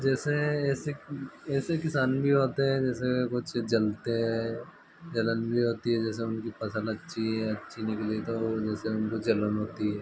जैसे ऐसे ऐसे किसान भी होते हैं जैसे कुछ जलते है जलन भी होती है जैसे उनकी फसल अच्छी है अच्छी निकली तो जैसे उनको जलन होती है